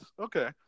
Okay